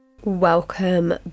welcome